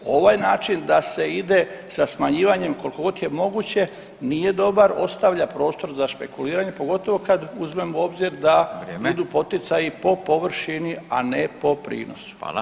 Ovaj način da se ide sa smanjivanjem koliko god je moguće nije dobar, ostavlja dojam za špekuliranje pogotovo kad uzmemo u obzir da idu poticaji po površini, a ne po prinosu.